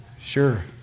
sure